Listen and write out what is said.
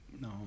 no